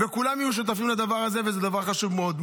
כולם יהיו שותפים לדבר הזה, וזה דבר חשוב מאוד.